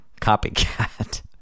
copycat